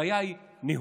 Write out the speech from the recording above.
הבעיה היא ניהול.